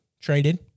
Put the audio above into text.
traded